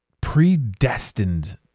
predestined